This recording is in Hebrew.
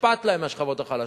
אכפת להם מהשכבות החלשות,